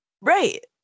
Right